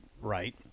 right